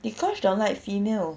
dee kosh don't like female